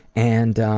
and